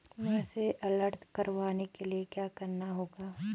Message alert करवाने के लिए क्या करना होगा?